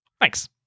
Thanks